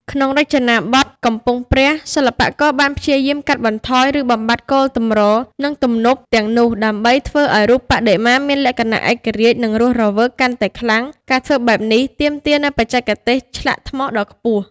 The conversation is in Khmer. ក្នុងរចនាបថកំពង់ព្រះ សិល្បករបានព្យាយាម កាត់បន្ថយ ឬបំបាត់ គោលទម្រ និងទំនប់ទាំងនោះ ដើម្បីធ្វើឱ្យរូបបដិមាមានលក្ខណៈ ឯករាជ្យ និងរស់រវើក កាន់តែខ្លាំង ការធ្វើបែបនេះទាមទារនូវបច្ចេកទេសឆ្លាក់ថ្មដ៏ខ្ពស់។